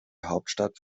hauptstadt